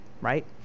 right